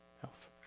health